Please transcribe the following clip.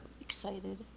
excited